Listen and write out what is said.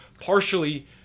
Partially